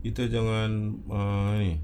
kita jangan err ni